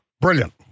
Brilliant